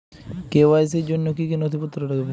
KYC র জন্য কি কি নথিপত্র লাগবে?